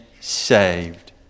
saved